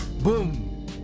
boom